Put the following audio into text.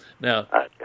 Now